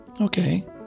Okay